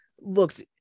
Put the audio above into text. looked